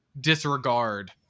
disregard